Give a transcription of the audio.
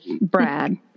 Brad